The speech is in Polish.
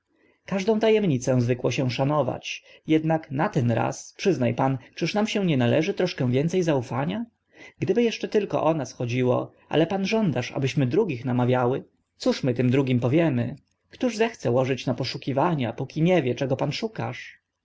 każdą ta emnicę zwykło się szanować jednak na ten raz przyzna pan czyż nam się nie należy troszkę więce zaufania gdyby eszcze tylko o nas chodziło ale pan żądasz abyśmy drugich namawiały cóż my tym drugim powiemy któż zechce łożyć na poszukiwania póki nie wie czego pan szukasz